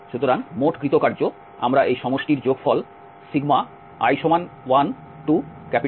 সুতরাং মোট কৃত কার্য আমরা এই সমষ্টির যোগফল i1Nwi দ্বারা গণনা করতে পারি